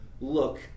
look